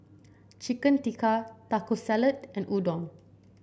Chicken Tikka Taco Salad and Udon